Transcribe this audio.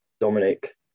Dominic